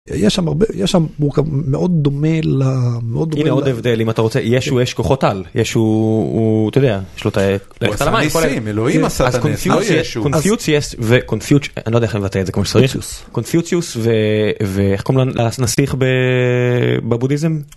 יש שם הרבה, יש שם מורכב מאוד דומה ל... הנה עוד הבדל, אם אתה רוצה, ישו יש כוחות על. ישו, הוא, אתה יודע, יש לו את ה... הוא עשה ניסים, אלוהים עשה את הניסים. אז קונפיוצ'יוס, קונפיוצ'יוס ו... אני לא יודע איך לבטא את זה כמו שצריך. קונפיוצ'יוס. קונפיוצ'יוס ו... ואיך קוראים לנסיך בבודהיזם?